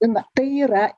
na tai yra